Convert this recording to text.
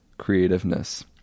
creativeness